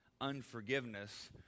unforgiveness